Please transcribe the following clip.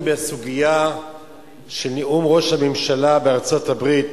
בסוגיה של נאום ראש הממשלה בארצות-הברית,